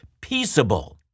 peaceable